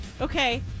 Okay